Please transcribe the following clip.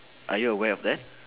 are you aware of that